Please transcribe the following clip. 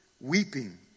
Weeping